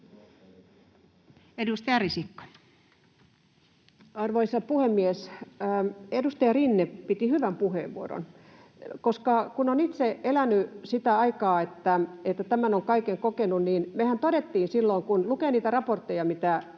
18:48 Content: Arvoisa puhemies! Edustaja Rinne piti hyvän puheenvuoron, koska on itse elänyt sitä aikaa, että tämän kaiken on kokenut. Mehän todettiin silloin, kun lukee niitä raportteja, mitä